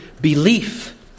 belief